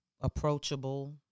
approachable